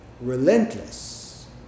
relentless